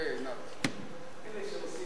ההצעה